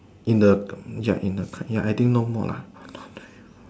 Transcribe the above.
in the ya in the ya I think no more lah